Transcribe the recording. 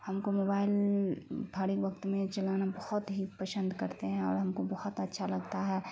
ہم کو موبائل پھاڑگ وکت میں چلانا بہت ہی پشند کرتے ہیں اور ہم کو بہت اچھا لگتا ہے